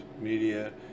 media